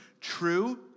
true